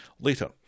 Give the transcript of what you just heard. Later